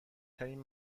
ترین